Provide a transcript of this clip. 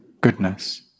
goodness